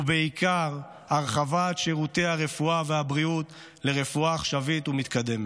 ובעיקר הרחבת שירותי הרפואה והבריאות לרפואה עכשווית ומתקדמת.